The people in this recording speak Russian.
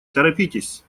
торопитесь